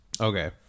Okay